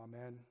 Amen